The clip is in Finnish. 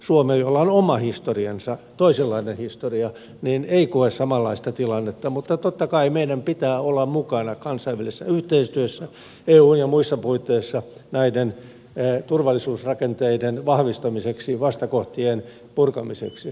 suomi jolla on oma historiansa toisenlainen historia ei koe samanlaista tilannetta mutta totta kai meidän pitää olla mukana kansainvälisessä yhteistyössä eun ja muissa puitteissa näiden turvallisuusrakenteiden vahvistamiseksi vastakohtien purkamiseksi